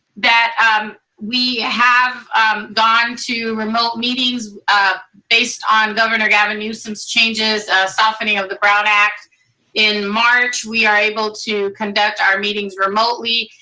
that um we have gone to remote meetings based on governor gavin newsom's changes softening of the brown act in march. we are able to conduct our meetings remotely,